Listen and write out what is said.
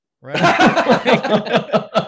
right